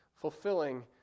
fulfilling